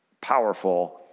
powerful